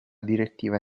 direttiva